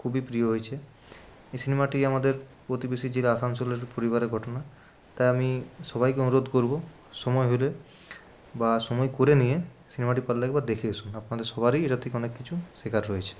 খুবই প্রিয় হয়েছে এই সিনেমাটি আমাদের প্রতিবেশী জেলা আসানসোলের পরিবারের ঘটনা তাই আমি সবাইকে অনুরোধ করব সময় হলে বা সময় করে নিয়ে সিনেমাটি পারলে একবার দেখে আসুন আপনাদের সবারই এটার থেকে অনেক কিছু শেখার রয়েছে